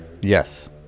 Yes